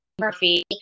Murphy